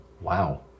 Wow